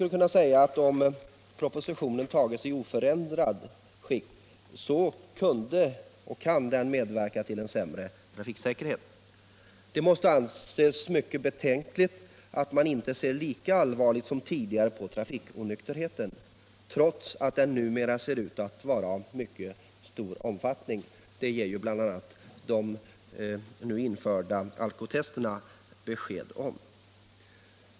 Vi kan säga att om propositionen skulle antas i oförändrat skick kan den medverka till en sämre trafiksäkerhet. Det måste anses mycket betänkligt att man inte ser lika allvarligt som tidigare på trafikonykterheten, trots att den numera förefaller att vara av mycket stor omfattning. Det ger bl.a. de nu införda alkotesten besked om.